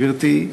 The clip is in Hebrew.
גברתי,